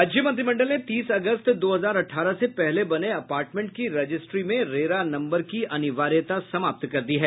राज्य मंत्रिमंडल ने तीस अगस्त दो हजार अठारह से पहले बने अपार्टमेंट की रजिस्ट्री में रेरा नम्बर की अनिवार्यता समाप्त कर दी है